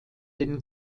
den